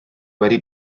wedi